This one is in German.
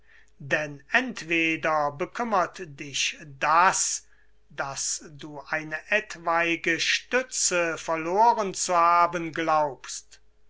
denn entweder bekümmert dich das daß du eine etwaige stütze verloren zu haben glaubst